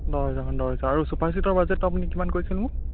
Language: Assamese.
দহ হেজাৰমান দহ হেজাৰ আৰু চোফা চেটৰ বাজেটটো আপুনি কিমান কৈছিল মোক